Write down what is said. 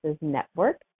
Network